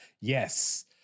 yes